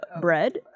bread